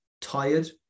tired